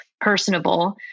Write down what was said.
personable